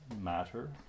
matter